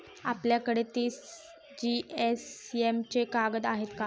आपल्याकडे तीस जीएसएम चे कागद आहेत का?